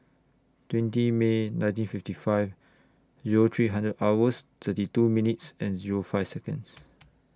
twenty May nineteen fifty five Zero three hundred hours thirty two minutes and Zero five Seconds